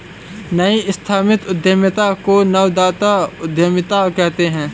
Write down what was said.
नई स्थापित उद्यमिता को नवजात उद्दमिता कहते हैं